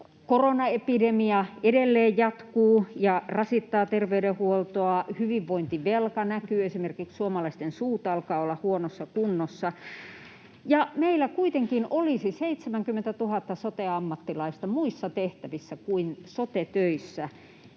Koronaepidemia edelleen jatkuu ja rasittaa terveydenhuoltoa, hyvinvointivelka näkyy, esimerkiksi suomalaisten suut alkavat olla huonossa kunnossa. Meillä kuitenkin olisi 70 000 sote-ammattilaista muissa tehtävissä kuin sote-töissä.